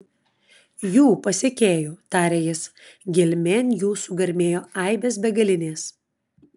jų pasekėjų tarė jis gelmėn jų sugarmėjo aibės begalinės